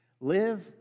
Live